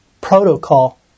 Protocol